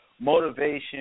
motivation